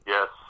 Yes